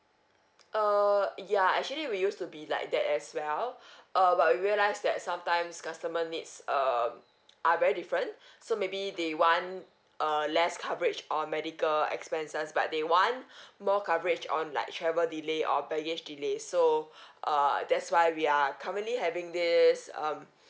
err ya actually we used to be like that as well uh but we realise that sometimes customer needs um are very different so maybe they want err less coverage on medical expenses but they want more coverage on like travel delay or baggage delay so err that's why we are currently having this um